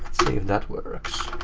see if that works.